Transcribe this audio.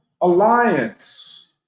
alliance